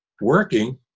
working